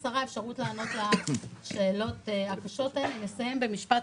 לנסות להאריך את הזמן ששדה דב יישאר חי,